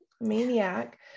maniac